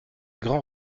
grands